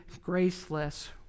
graceless